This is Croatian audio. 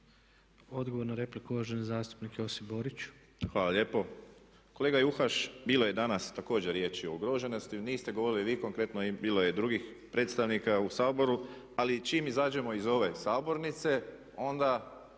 Odgovor na repliku, uvaženi zastupnik Josip Borić. **Borić, Josip (HDZ)** Hvala lijepo. Kolega Juhas, bilo je danas također riječi o ugroženosti, niste govorili vi konkretno, bilo je drugih predstavnika u Saboru, ali čim izađemo iz ove sabornice onda